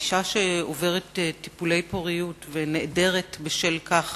אשה שעוברת טיפולי פוריות ונעדרת בשל כך